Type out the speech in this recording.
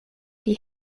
die